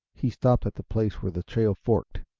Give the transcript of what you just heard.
he stopped at the place where the trail forked,